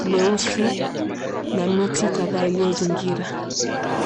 leusi na miti kadha iliyozingira.